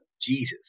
Jesus